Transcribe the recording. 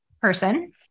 person